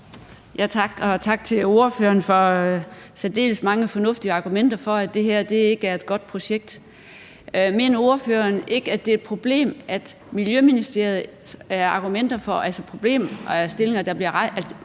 tak til ordføreren for særdeles mange fornuftige argumenter for, at det her ikke er et godt projekt. Mener ordføreren ikke, at det er et problem, at problemstillingen, der bliver rejst